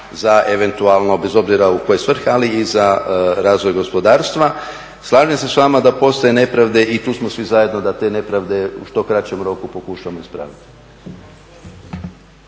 za eventualno, bez obzira u koje svrhe, ali i za razvoj gospodarstva. Slažem se s vama da postoje nepravde, i tu smo svi zajedno da te nepravde u što kraćem roku pokušamo ispraviti.